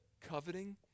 coveting